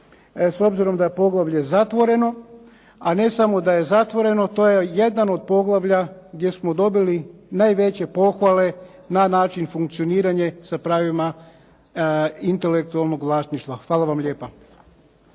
s obzirom da je poglavlje zatvoreno, a ne samo da je zatvoreno to je jedan od poglavlja gdje smo dobili najveće pohvale na način funkcioniranje sa pravima intelektualnog vlasništva. Hvala vam lijepa.